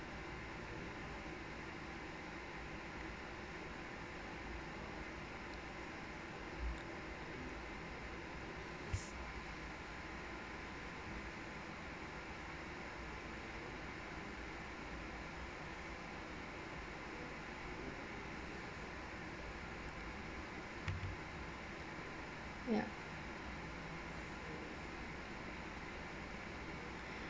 ya